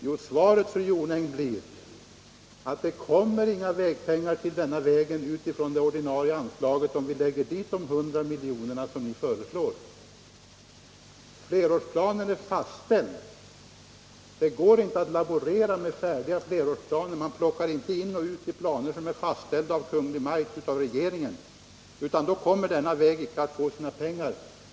Jo, fru Jonäng, svaret är att det inte kommer några pengar alls till denna väg från det ordinarie anslaget, om vi lägger dit de 200 miljoner som ni föreslår. Flerårsplanen är fastställd, och det går inte att laborera med färdiga flerårsplaner. Man plockar inte in och ut i de planer som är fastställda. Därmed kommer denna väg icke att få några pengar.